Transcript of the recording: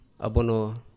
abono